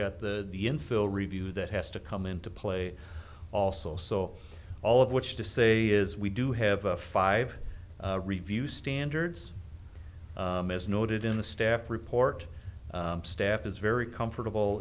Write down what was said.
got the the infill review that has to come into play also so all of which to say is we do have a five review standards as noted in the staff report staff is very comfortable